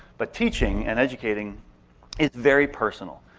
but teaching and educating is very personal.